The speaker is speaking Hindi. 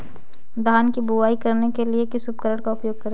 धान की बुवाई करने के लिए किस उपकरण का उपयोग करें?